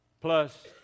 plus